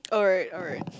alright alright